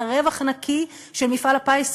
מהרווח הנקי של מפעל הפיס,